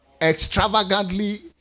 extravagantly